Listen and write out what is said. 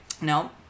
no